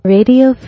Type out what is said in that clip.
Radio